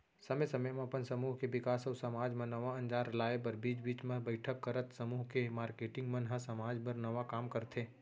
समे समे म अपन समूह के बिकास अउ समाज म नवा अंजार लाए बर बीच बीच म बइठक करत समूह के मारकेटिंग मन ह समाज बर नवा काम करथे